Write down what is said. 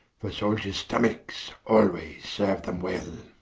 for souldiers stomacks alwayes serue them well